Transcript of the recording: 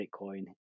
Bitcoin